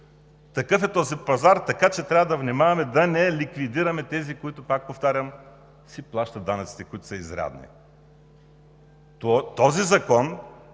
Такъв е този пазар, така че трябва да внимаваме да не ликвидираме тези, които, пак повтарям, си плащат данъците, които са изрядни. Този закон